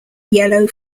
yellow